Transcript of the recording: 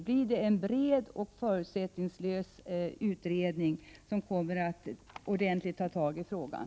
Blir det en bred och förutsättningslös utredning som ordentligt kommer att ta tag i frågan?